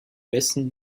messen